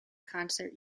concert